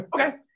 Okay